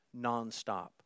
nonstop